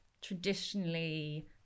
traditionally